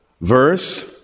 verse